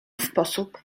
sposób